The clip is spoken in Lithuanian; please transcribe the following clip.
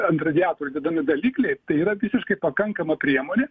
ant radiatorių dedami dalikliai tai yra visiškai pakankama priemonė